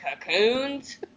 cocoons